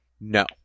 No